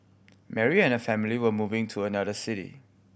Mary and her family were moving to another city